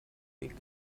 weg